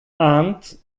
aunt